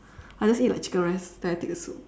I just eat like chicken rice then I take the soup